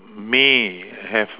may have